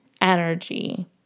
energy